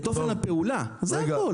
את אופן הפעולה זה הכל.